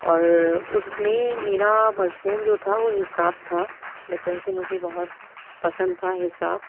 اور اس میں میرا مضمون جو تھا وہ حساب تھا بچپن سے مجھے بہت پسند تھا حساب